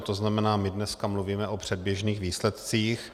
To znamená, my dneska mluvíme o předběžných výsledcích.